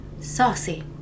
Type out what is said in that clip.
saucy